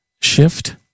Shift